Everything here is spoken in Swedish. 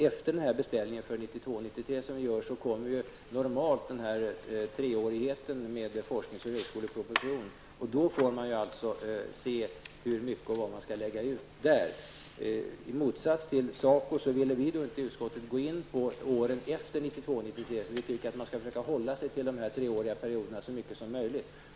Efter beställningen för 1992 93. Vi tycker att man skall hålla sig till dessa treåriga perioder så mycket som möjligt.